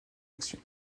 action